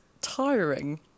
tiring